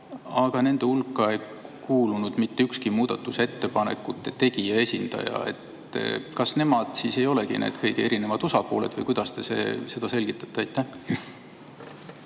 aga nende hulka ei kuulunud mitte ükski muudatusettepanekute tegija esindaja. Kas nemad siis ei olegi kõik need erinevad osapooled või kuidas te seda selgitate? Aitäh!